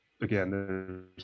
again